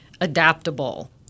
adaptable